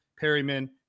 Perryman